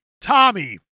Tommy